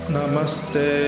Namaste